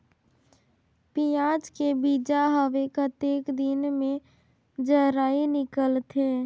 पियाज के बीजा हवे कतेक दिन मे जराई निकलथे?